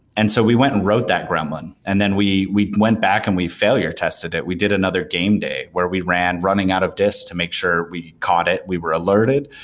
and so we went and wrote that gremlin and then we we went back and we failure tested it. we did another game day where we ran running out of disk to make sure we caught it. we were alerted,